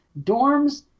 dorms